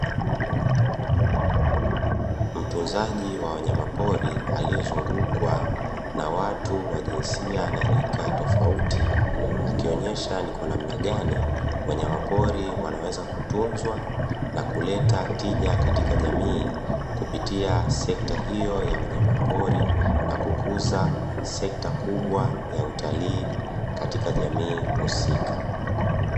Mtunzaji wa wanyamapori aliyezungukwa na watu wa jinsia na rika tofauti, akionyesha ni kwa namna gani wanyamapori wanaweza kutunzwa na kuleta tija katika jamii kupitia sekta hiyo ya wanyamapori na kukuza sekta kubwa ya utalii katika jamii husika.